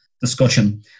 discussion